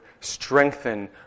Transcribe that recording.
strengthen